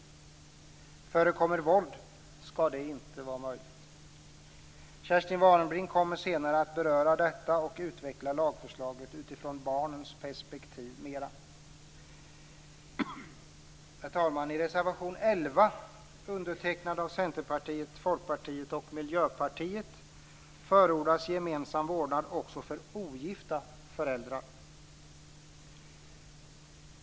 Förekommer våld skall detta inte vara möjligt. Kerstin Warnerbring kommer senare att beröra detta och utveckla lagförslaget utifrån barnens perspektiv. Herr talman! I reservation 11, undertecknad av Centerpartiet Folkpartiet och Miljöpartiet, förordas gemensam vårdnad också för ogifta föräldrar.